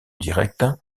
directe